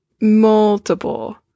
multiple